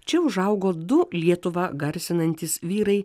čia užaugo du lietuvą garsinantys vyrai